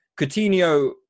Coutinho